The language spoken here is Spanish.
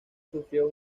sufrió